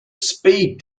speed